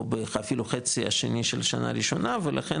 או אפילו בחצי השנה של שנה ראשונה ולכן